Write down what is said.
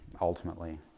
ultimately